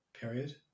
period